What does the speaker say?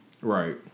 Right